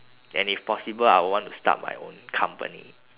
and if possible I would want to start my own company